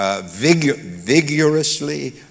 Vigorously